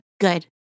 good